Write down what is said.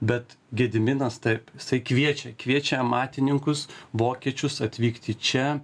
bet gediminas taip jisai kviečia kviečia amatininkus vokiečius atvykti čia